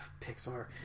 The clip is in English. pixar